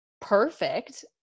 perfect